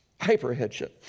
Hyperheadship